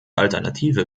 alternative